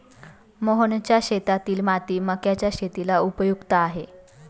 मोहनच्या शेतातील माती मक्याच्या शेतीला उपयुक्त आहे